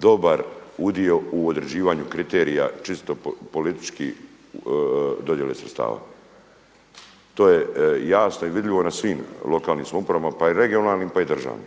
dobar udio u određivanju kriterija čisto politički dodjele sredstava. To je jasno i vidljivo na svim lokalnim samoupravama pa i regionalnim pa i državnim.